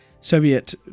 Soviet